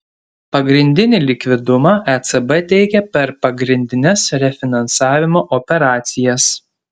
pagrindinį likvidumą ecb teikia per pagrindines refinansavimo operacijas